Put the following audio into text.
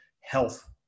health